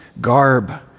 garb